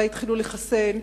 שבה התחילו לחסן,